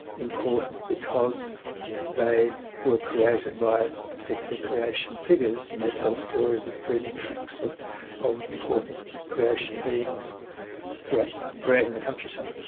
important because they were created by particular creation figures. and they tell stories of dreaming tracks ah of important creation beings throughout creating the countryside.